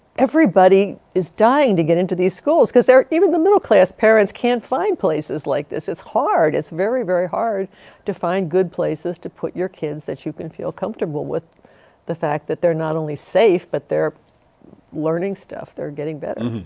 everybody is dying to get into these schools because even the middle class parents can't find places like this. it's hard. it's very very hard to find good places to put your kids that you can feel comfortable with the fact that they're not only safe but they're learning stuff. they're getting better.